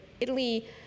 Italy